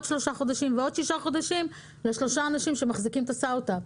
שלושה חודשים ועוד שישה חודשים לשלושה אנשים שמחזיקים את הסטארט אפ.